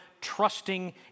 trusting